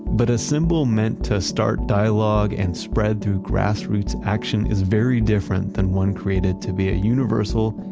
but a symbol meant to start dialogue and spread through grassroots action is very different than one created to be a universal,